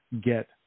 get